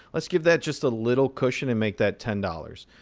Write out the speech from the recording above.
let's give that just a little cushion and make that ten dollars.